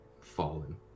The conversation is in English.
fallen